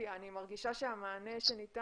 כי אני מרגישה שהמענה שניתן,